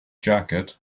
jacket